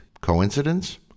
Coincidence